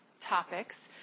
topics